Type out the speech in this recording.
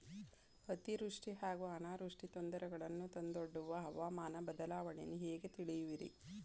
ಅತಿವೃಷ್ಟಿ ಹಾಗೂ ಅನಾವೃಷ್ಟಿ ತೊಂದರೆಗಳನ್ನು ತಂದೊಡ್ಡುವ ಹವಾಮಾನ ಬದಲಾವಣೆಯನ್ನು ಹೇಗೆ ತಿಳಿಯುವಿರಿ?